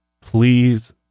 please